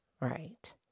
Right